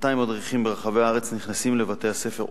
200 מדריכים ברחבי הארץ נכנסים לבתי-הספר,